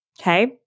Okay